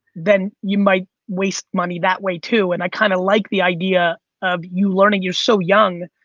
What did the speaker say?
then you might waste money that way too. and i kind of like the idea of you learning. you're so young,